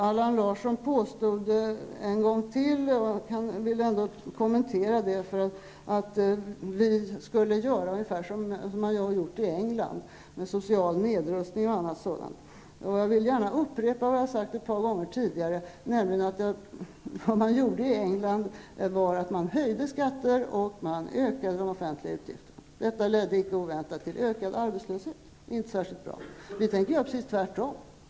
Allan Larsson påstod en gång till -- jag vill kommentera det -- att vi skulle göra som man har gjort i England, social nedrustning och annat sådant. Jag vill gärna upprepa vad jag har sagt ett par gånger tidigare, nämligen att vad man gjorde i England var att man höjde skatter och ökade de offentliga utgifterna. Detta ledde icke oväntat till ökad arbetslöshet. Inte särskilt bra. Vi tänker göra precis tvärtom.